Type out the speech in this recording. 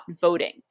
voting